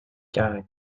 karen